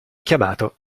chiamato